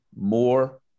more